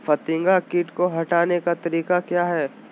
फतिंगा किट को हटाने का तरीका क्या है?